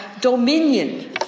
dominion